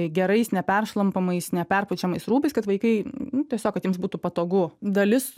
gerais neperšlampamais neperpučiamas rūbais kad vaikai nu tiesiog kad jiems būtų patogu dalis